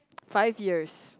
five years